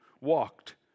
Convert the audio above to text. walked